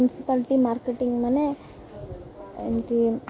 municipality marketing ମାନେ ଏମତି